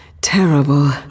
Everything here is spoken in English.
Terrible